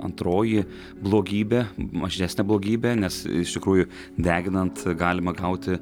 antroji blogybė mažesnė blogybė nes iš tikrųjų deginant galima gauti